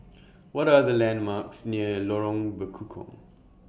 What Are The landmarks near Lorong Bekukong